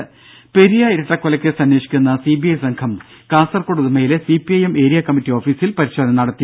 രംഭ പെരിയ ഇരട്ടെക്കൊലക്കേസ് അന്വേഷിക്കുന്ന C B I സംഘം കാസർകോട് ഉദുമയിലെ C P I M area committee ഓഫീസിൽ പരിശോധന നടത്തി